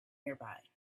nearby